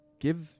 Give